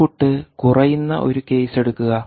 input കുറയുന്ന ഒരു case എടുക്കുക